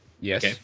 Yes